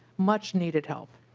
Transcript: much needed help.